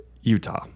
utah